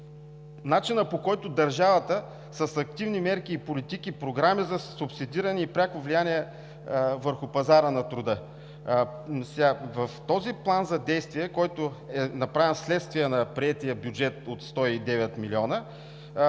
начинът, по който държавата, с активни мерки и политики, програми за субсидиране и пряко влияние върху пазара на труда… В този план за действие, който е направен вследствие на приетия бюджет от 109 млн.